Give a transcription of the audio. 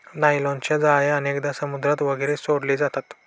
नायलॉनच्या जाळ्या अनेकदा समुद्रात वगैरे सोडले जातात